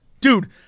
Dude